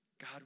God